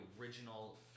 original